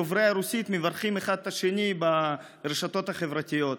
דוברי הרוסית מברכים אחד את השני ברשתות החברתיות.